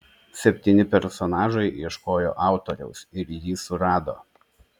septyni personažai ieškojo autoriaus ir jį surado